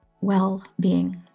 well-being